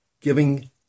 giving